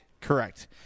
correct